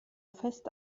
fest